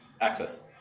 access